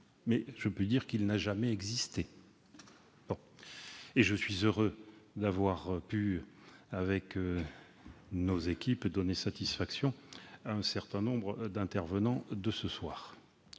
mais je puis dire qu'il n'a jamais existé. Je suis heureux d'avoir pu, avec nos équipes, donner satisfaction à un certain nombre d'intervenants. Je tenais